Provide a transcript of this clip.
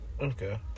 Okay